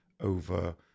over